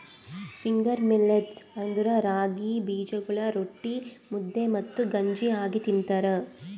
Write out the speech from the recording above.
finger millets ಅಂದುರ್ ರಾಗಿ ಬೀಜಗೊಳ್ ರೊಟ್ಟಿ, ಮುದ್ದೆ ಮತ್ತ ಗಂಜಿ ಆಗಿ ತಿಂತಾರ